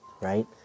right